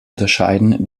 unterscheiden